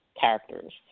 characters